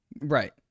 Right